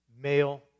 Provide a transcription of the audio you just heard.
male